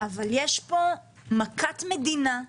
אבל יש פה מכת מדינה,